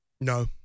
No